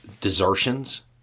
Desertions